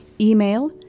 email